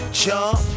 Jump